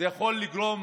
זה יכול לגרום